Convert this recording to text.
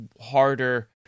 harder